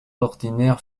ordinaires